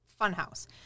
Funhouse